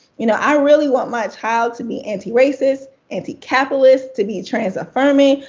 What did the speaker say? you know i really want my child to be antiracist, anticapitalist, to be trans affirming.